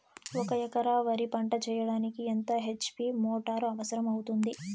ఒక ఎకరా వరి పంట చెయ్యడానికి ఎంత హెచ్.పి మోటారు అవసరం అవుతుంది?